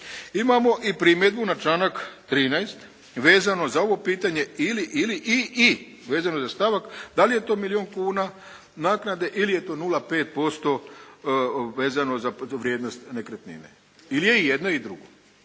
Imamo i primjedbu na članak 13. vezano za ovo pitanje ili/i vezano za stavak, da li je to milijun kuna naknade ili je to 0,5% vezano za vrijednost nekretnine ili je jedno i drugo.